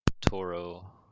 Toro